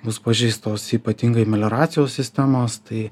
bus pažeistos ypatingai melioracijos sistemos tai